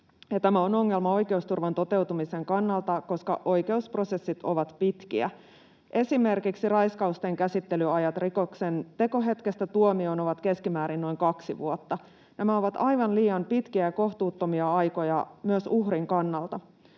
tämä on ongelma oikeusturvan toteutumisen kannalta, koska oikeusprosessit ovat pitkiä. Esimerkiksi raiskausten käsittelyajat rikoksen tekohetkestä tuomioon ovat keskimäärin noin kaksi vuotta. Nämä ovat aivan liian pitkiä ja kohtuuttomia aikoja myös uhrin kannalta.